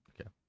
Okay